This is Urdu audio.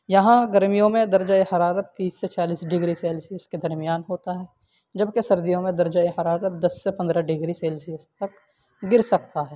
یہاں گرمیوں میں درجۂ حرارت تیس سے چالیس ڈگری سیلسیس کے درمیان ہوتا ہے جبکہ سردیوں میں درجۂ حرارت دس سے پندرہ ڈگری سیلسیس تک گر سکتا ہے